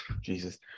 Jesus